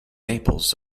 naples